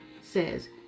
says